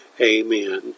Amen